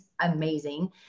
amazing